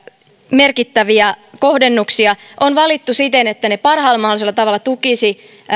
merkittäviä kohdennuksia on valittu siten että ne parhaalla mahdollisella tavalla tukisivat